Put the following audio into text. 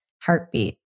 heartbeat